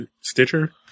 Stitcher